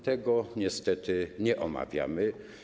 Tego niestety nie omawiamy.